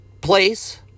place